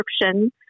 description